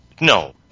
No